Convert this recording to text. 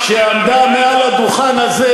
כשעמדה מעל הדוכן הזה